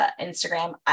Instagram